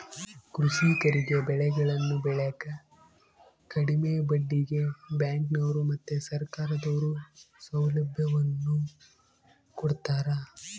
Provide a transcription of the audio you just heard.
ಕೃಷಿಕರಿಗೆ ಬೆಳೆಗಳನ್ನು ಬೆಳೆಕ ಕಡಿಮೆ ಬಡ್ಡಿಗೆ ಬ್ಯಾಂಕಿನವರು ಮತ್ತೆ ಸರ್ಕಾರದವರು ಸೌಲಭ್ಯವನ್ನು ಕೊಡ್ತಾರ